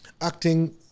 acting